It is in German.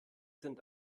sind